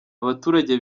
abaturage